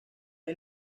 hay